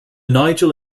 nigel